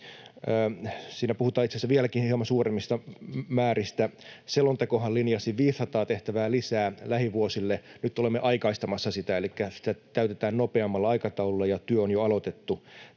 Siinä puhutaan itse asiassa vieläkin hieman suuremmista määristä. Selontekohan linjasi 500 tehtävää lisää lähivuosille. Nyt olemme aikaistamassa sitä, elikkä sitä täytetään nopeammalla aikataululla ja työ on aloitettu